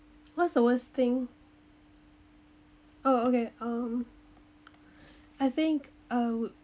what's the worst thing oh okay um I think I would